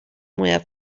mwyaf